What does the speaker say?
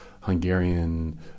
Hungarian